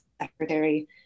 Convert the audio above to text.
secretary